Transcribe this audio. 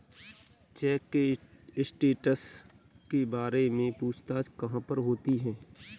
Check के status के बारे में पूछताछ कहाँ पर होती है?